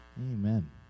Amen